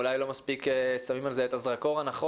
אולי לא מספיק שמים על זה את הזרקור הנכון,